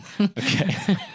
Okay